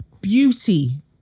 beauty